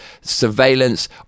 surveillance